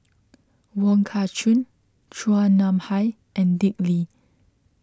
Wong Kah Chun Chua Nam Hai and Dick Lee